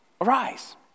arise